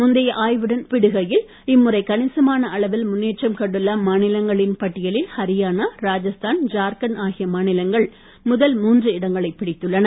முந்தைய ஆய்வுடன் ஒப்பிடுகையில் இம்முறை கணிசமான அளவில் முன்னேற்றம் கண்டுள்ள மாநிலங்களின் பட்டியலில் அரியானா ராஜஸ்தான் ஜார்கண்ட் ஆகிய மாநிலங்கள் முதல் மூன்று இடங்களை பிடித்துள்ளன